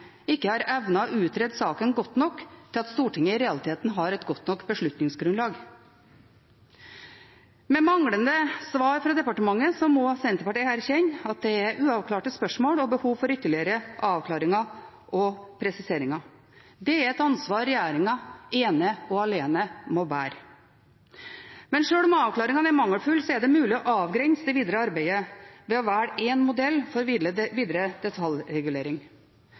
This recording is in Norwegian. ikke har evnet å utrede saken godt nok til at Stortinget i realiteten har et godt nok beslutningsgrunnlag. Med manglende svar fra departementet må Senterpartiet erkjenne at det er uavklarte spørsmål og behov for ytterligere avklaringer og presiseringer. Det er et ansvar regjeringen ene og alene må bære. Men selv om avklaringene er mangelfulle, er det mulig å avgrense det videre arbeidet ved å velge én modell for videre detaljregulering.